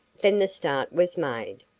then the start was made.